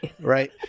right